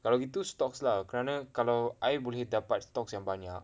kalau gitu stocks lah kerana kalau I boleh dapat stocks yang banyak